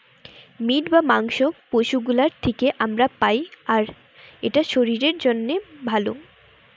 meet বা মাংস পশু গুলোর থিকে আমরা পাই আর এটা শরীরের জন্যে ভালো